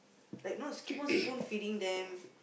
like no keep on spoon feeding them